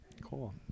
cool